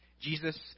Jesus